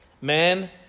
Man